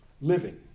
Living